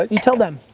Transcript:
you tell them,